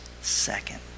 second